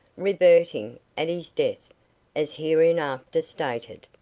reverting at his death as hereinafter stated.